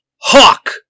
Hawk